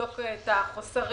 נבדוק את החוסרים,